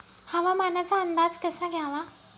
हवामानाचा अंदाज कसा घ्यावा?